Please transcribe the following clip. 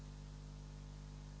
Hvala